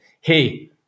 Hey